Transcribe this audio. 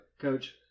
Coach